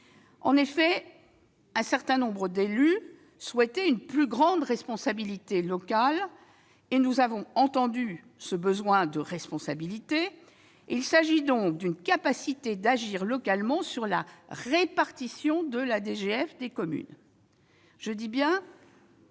EPCI. Un certain nombre d'élus souhaitaient une plus grande responsabilité locale : nous avons entendu ce besoin de responsabilité et prévu une capacité d'agir localement sur la répartition de la DGF des communes.